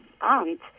aunt